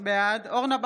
בעד אורנה ברביבאי,